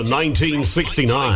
1969